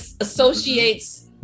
associates